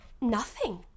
Nothing